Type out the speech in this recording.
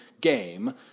game